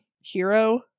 hero